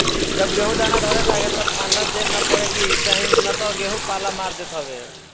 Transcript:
जब गेहूँ दाना धरे लागे तब ठंडा ढेर ना पड़े के चाही ना तऽ गेंहू पाला मार देत हवे